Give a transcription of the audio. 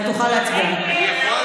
אתה תוכל להצביע מפה.